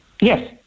Yes